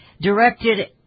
directed